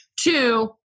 two